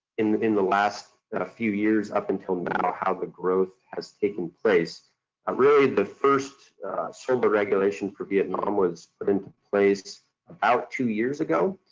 in in the last few years up until now how the growth has taken place. but really, the first solar regulation for vietnam was put into place about two years ago,